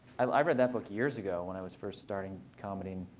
i read that book years ago when i was first starting comedy. and